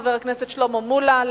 חבר הכנסת שלמה מולה,